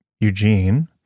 Eugene